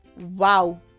Wow